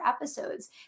episodes